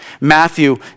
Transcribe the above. Matthew